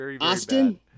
Austin